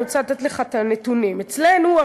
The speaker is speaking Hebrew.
אני רוצה לתת לך את הנתונים: אצלנו,